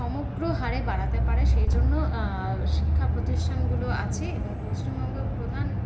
সমগ্র হারে বাড়াতে পারে সেইজন্য শিক্ষা প্রতিষ্ঠানগুলো আছে এবং পশ্চিমবঙ্গ প্রধান